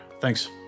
Thanks